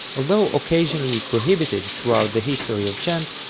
although occasionally prohibited throughout the history of chant,